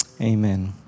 Amen